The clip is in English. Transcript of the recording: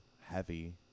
heavy